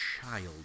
child